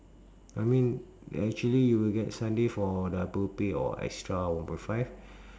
I mean actually you will get sunday for double pay or extra one point five